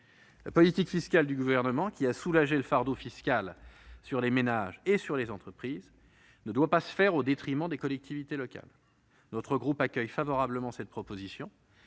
La politique fiscale du Gouvernement, qui a allégé le fardeau fiscal qui pesait sur les ménages et sur les entreprises, ne doit pas se faire aux dépens des collectivités locales. Notre groupe accueille donc favorablement la proposition